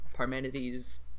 Parmenides